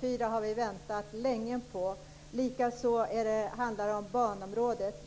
Vi har väntat länge på en ny sträckning av E 4 och av banområdet.